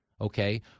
okay